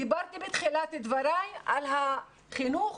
דיברתי בתחילת דבריי על החינוך